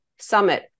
summit